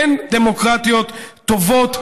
אין דמוקרטיות טובות,